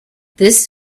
this